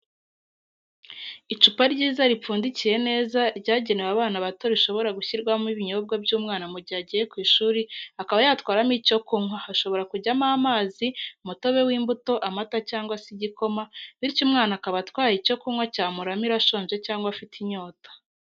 Icupa ryiza ripfundikiye neza, ryagenewe abana bato rishobora gushyirwamo ibinyobwa by'umwana mu gihe agiye ku ishuri akaba yatwaramo icyo kunywa, hashobora kujyamo amazi, umutobe w'imbuto, amata cyangwa se igikoma, bityo umwana akaba atwaye icyo kunywa cyamuramira ashonje cyangwa afite inyota.